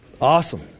Awesome